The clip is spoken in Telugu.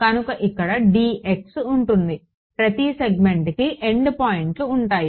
కనుక ఇక్కడ d x ఉంటుంది ప్రతి సెగ్మెంట్కి ఎండ్ పాయింట్లు ఉంటాయి